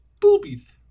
Boobies